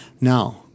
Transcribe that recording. Now